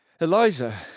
Eliza